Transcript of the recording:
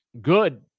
good